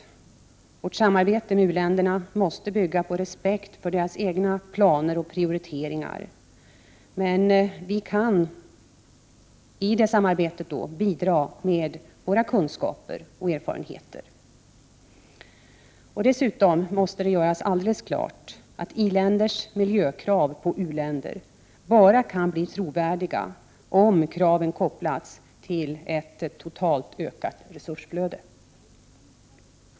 Vårt samarbete med u-länderna måste bygga på respekt för deras egna planer och 37 prioriteringar, men vi kan i det samarbetet bidra med våra kunskaper och erfarenheter. Dessutom måste det göras alldeles klart att i-länders miljökrav på u-länder kan bli trovärdiga bara om kraven kopplas till ett totalt ökat resursflöde.